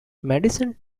madison